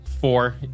four